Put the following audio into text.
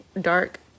dark